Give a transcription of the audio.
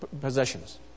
possessions